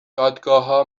دادگاهها